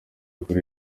kuri